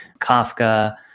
Kafka